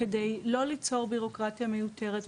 כדי לא ליצור בירוקרטיה מיותרת,